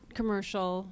commercial